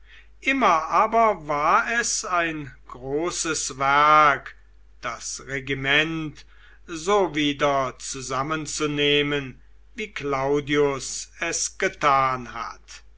immer aber war es ein großes werk das regiment so wieder zusammenzunehmen wie claudius es getan hat